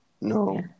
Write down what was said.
No